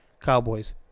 Cowboys